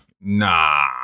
nah